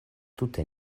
tute